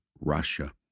Russia